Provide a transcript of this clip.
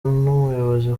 n’ubuyobozi